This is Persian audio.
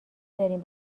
دارین